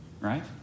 right